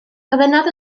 gofynnodd